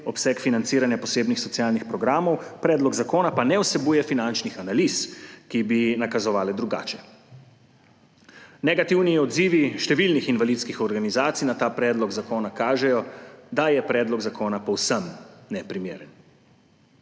obseg financiranja posebnih socialnih programov, predlog zakona pa ne vsebuje finančnih analiz, ki bi nakazovale drugače. Negativni odzivi številnih invalidskih organizacij na ta predlog zakona kažejo, da je predlog zakona povsem neprimeren.